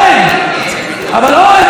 תקשיב,